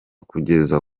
kugeza